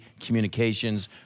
communications